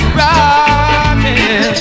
rocking